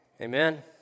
Amen